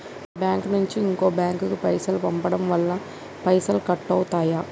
మీ bank నుంచి ఇంకో bank కు పైసలు పంపడం వల్ల పైసలు కట్ అవుతయా?